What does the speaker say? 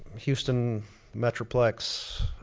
houston metroplex,